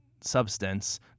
substance